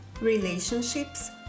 relationships